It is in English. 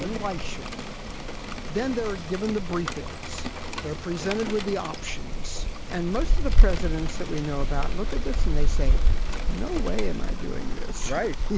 why should they then? they're. given the briefings they're presented with the options and most of the presidents that we know about look at this and they say no way am i doing this right yeah